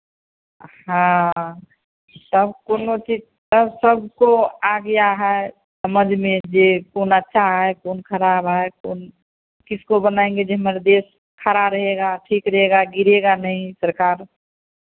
हँ तब कोनो चीज अब सबको आ गया है समझ में जे कौन अच्छा है कौन खराब है कौन किसको बनाएंगे जे हमर देश खड़ा रहेगा ठीक रहेगा गिरेगा नहीं सरकार